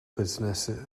business